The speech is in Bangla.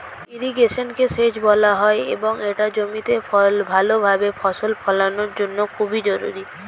ইরিগেশনকে সেচ বলা হয় এবং এটা জমিতে ভালোভাবে ফসল ফলানোর জন্য খুবই জরুরি